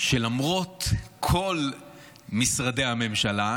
שלמרות כל משרדי הממשלה,